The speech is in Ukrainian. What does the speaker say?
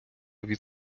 від